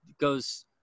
goes